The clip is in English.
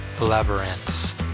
labyrinths